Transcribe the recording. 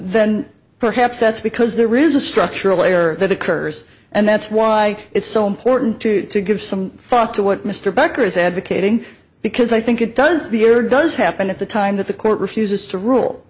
then perhaps that's because there is a structural layer that occurs and that's why it's so important to give some thought to what mr becker is advocating because i think it does the air does happen at the time that the court refuses to rule